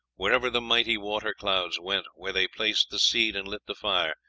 wherever the mighty water-clouds went, where they placed the seed and lit the fire,